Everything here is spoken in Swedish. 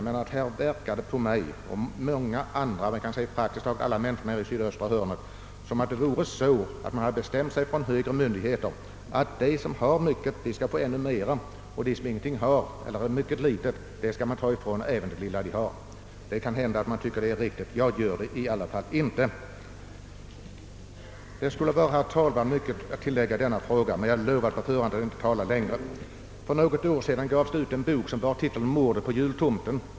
Det förefaller mig, liksom praktiskt taget alla människor i sydöstra delen av Skåne, som om de högre myndigheterna bestämt sig för att de som har mycket skall få ännu mera och att de som har mycket litet skall fråntas även det lilla de har. Det kan hända att somliga tycker detta är riktigt — jag gör det i alla fall inte. Mycket skulle kunna tilläggas i denna fråga, men jag har på förhand lovat att inte tala länge. För några år sedan gavs det ut en bok med titeln »Mordet på jultomten».